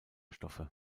stoffe